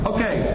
Okay